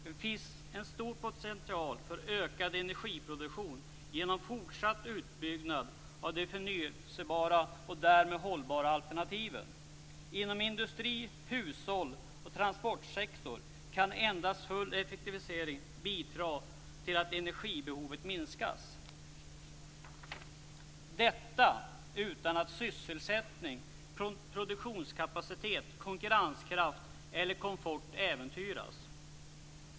Det finns en stor potential för ökad energiproduktion genom fortsatt utbyggnad av de förnybara och därmed hållbara alternativen. Inom industrin, bland hushållen och inom transportsektorn kan endast full effektivisering bidra till att energibehovet minskas. Detta skall ske utan att sysselsättning, produktionskapacitet, konkurrenskraft eller komfort äventyras.